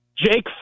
Jake